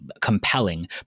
compelling